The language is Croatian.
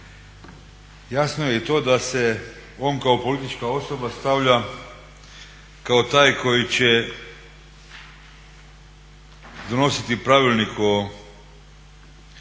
Jasno je i to da se on kao politička osoba stavlja kao taj koji će donositi pravilnik o tome